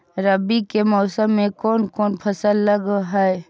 रवि के मौसम में कोन कोन फसल लग है?